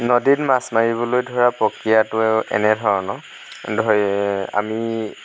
নদীত মাছ মাৰিবলৈ ধৰা প্ৰক্ৰিয়াটো এনে ধৰণৰ ধৰি আমি